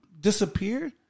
disappeared